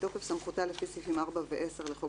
התשפ"א-2021 בתוקף סמכותה לפי סעיפים 4 ו-10 לחוק